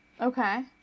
Okay